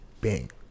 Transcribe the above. Bang